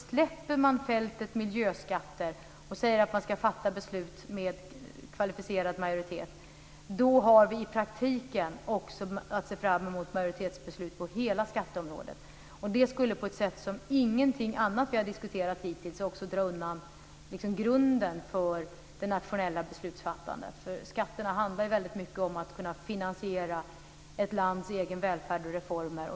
Släpper man fältet miljöskatter och säger att man där ska fatta beslut med kvalificerad majoritet har vi i praktiken också att se fram emot majoritetsbeslut på hela skatteområdet. Det skulle, på ett sätt som ingenting annat vi har diskuterat hittills, också dra undan grunden för det nationella beslutsfattandet. Skatterna handlar ju väldigt mycket om att kunna finansiera ett lands egen välfärd och egna reformer.